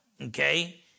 okay